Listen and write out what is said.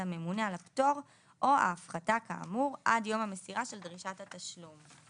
הממונה על הפטור או ההפחתה כאמור עד יום המסירה של דרישת התשלום.